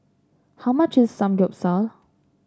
how much is Samgeyopsal